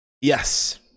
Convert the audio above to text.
Yes